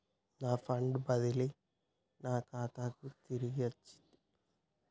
నా ఫండ్ బదిలీ నా ఖాతాకు తిరిగచ్చింది